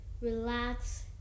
relax